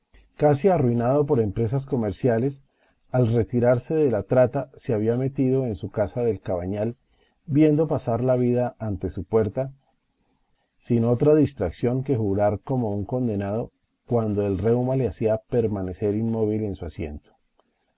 casi arruinado por empresas comerciales al retirarse de la trata se había metido en su casa del cabañal viendo pasar la vida ante su puerta sin otra distracción que jurar como un condenado cuando el reuma le hacía permanecer inmóvil en su asiento por